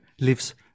lives